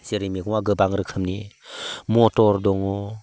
जेरै मैगङा गोबां रोखोमनि मटर दङ